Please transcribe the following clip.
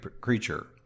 creature